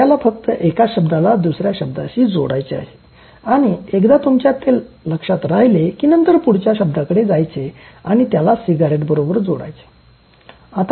आपल्याला फक्त एका शब्दाला दुसऱ्या शब्दाशी जोडायचे आहे आणि एकदा तुमच्या ते लक्षात राहिले की नंतर पुढच्या शब्दाकडे जायचे आणि त्याला सिगारेट बरोबर जोडायचे